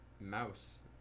Mouse